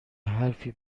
حرفی